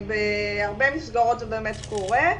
בהרבה מסגרות זה באמת קורה.